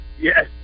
Yes